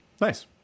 Nice